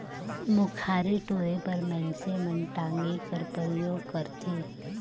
मुखारी टोरे बर मइनसे मन टागी कर परियोग करथे